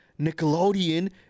nickelodeon